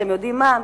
אתם יודעים מה?